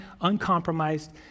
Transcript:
uncompromised